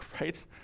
right